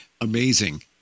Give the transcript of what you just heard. Amazing